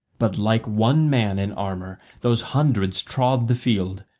but like one man in armour those hundreds trod the field,